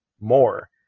more